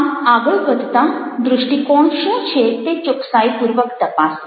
આમ આગળ વધતા દૃષ્ટિકોણ શું છે તે ચોકસાઈપૂર્વક તપાસીએ